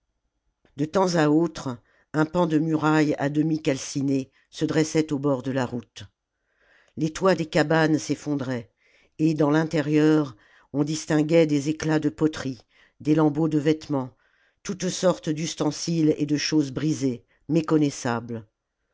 de temps à autre un pan de muraille à demi calciné se dressait au bord de la route les toits des cabanes s'effondraient et dans l'intérieur on distinguait des éclats de poteries des lambeaux de vêtements toutes sortes d'ustensiles et de choses brisées méconnaissables